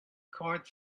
cart